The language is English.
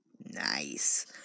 Nice